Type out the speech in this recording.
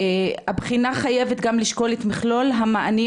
הבחינה חייבת גם לשקול את מכלול המענים